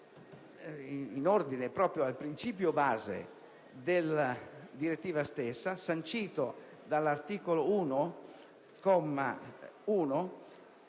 in ordine al principio base della direttiva stessa, sancito dall'articolo 1,